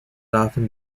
often